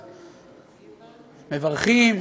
מברכים,